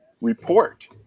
Report